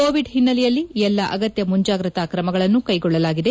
Covid ಹಿನ್ನೆಲೆಯಲ್ಲಿ ಎಲ್ಲಾ ಅಗತ್ಯ ಮುಂಜಾಗ್ರತಾ ಕ್ರಮಗಳನ್ನು ಕೈಗೊಳ್ಳಲಾಗಿದೆ